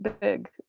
big